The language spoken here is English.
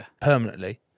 Permanently